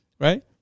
right